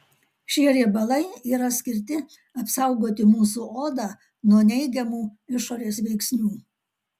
šie riebalai yra skirti apsaugoti mūsų odą nuo neigiamų išorės veiksnių